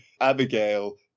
Abigail